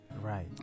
Right